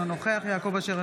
אינו נוכח יעקב אשר,